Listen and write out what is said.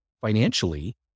financially